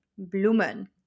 bloemen